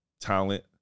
talent